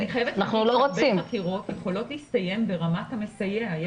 אני חייבת לומר שהרבה חקירות יכולות להסתיים ברמת המסייע.